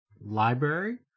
library